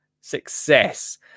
success